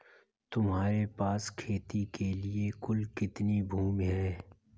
तुम्हारे पास खेती के लिए कुल कितनी भूमि है?